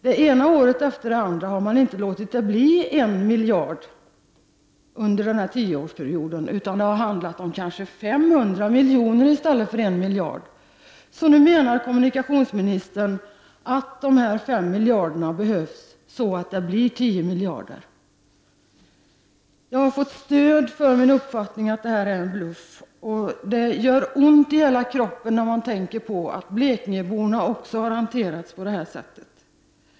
Det ena året efter det andra har man nämligen inte låtit det bli 1 miljard, utan det har kanske handlat om 500 miljoner. Kommunikationsministern menar nu att de här 5 miljarderna behövs för att man skall komma upp till 10 miljarder. Jag har fått stöd för min uppfattning att det här är fråga om en bluff. Det gör ont i hela kroppen när jag tänker på att blekingeborna har behandlats på detta sätt.